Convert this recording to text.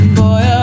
boy